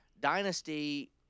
Dynasty